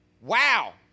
wow